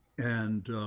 and